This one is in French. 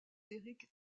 derrick